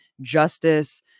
justice